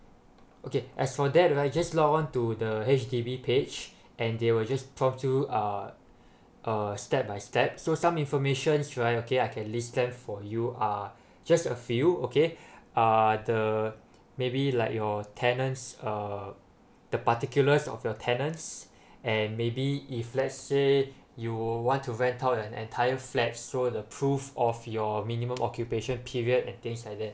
okay as for that right just log on to the H_D_B page and they will just prompt you uh uh step by step so some information right okay I can list them for you uh just a few okay uh the maybe like your tenants uh the particulars of your tenants and maybe if lets say you want to rent out the entire flat so the proof of your minimum occupation period and things like that